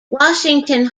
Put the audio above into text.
washington